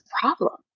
problem